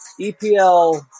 EPL